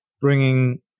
bringing